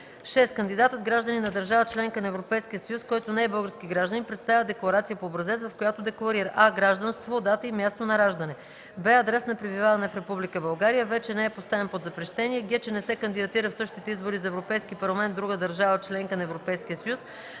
6. кандидатът – гражданин на държава – членка на Европейския съюз, който не е български гражданин, представя декларация по образец, в която декларира: а) гражданство, дата и място на раждане; б) адрес на пребиваване в Република България; в) че не е поставен под запрещение; г) че не се кандидатира в същите избори за Европейски парламент в друга държава – членка на Европейския съюз;